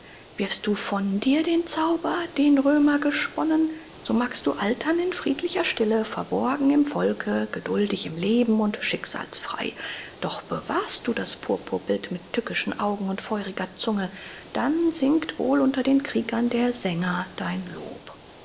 wirfst du von dir den zauber den römer gesponnen so magst du altern in friedlicher stille verborgen im volke geduldig im leben und schicksalsfrei doch bewahrst du das purpurbild mit tückischen augen und feuriger zunge dann singt wohl unter den kriegern der sänger dein lob